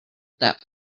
that